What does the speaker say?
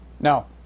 No